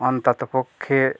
অন্ততপক্ষে